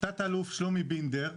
תא"ל שלומי בינדר,